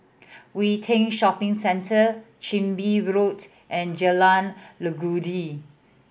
Yew Tee Shopping Centre Chin Bee Road and Jalan Legundi